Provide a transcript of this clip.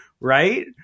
right